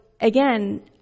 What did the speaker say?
again